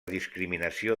discriminació